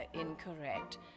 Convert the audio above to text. incorrect